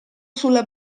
sulla